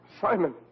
Simon